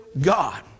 God